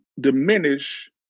diminish